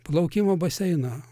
plaukimo baseiną